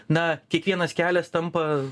na kiekvienas kelias tampa